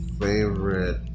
favorite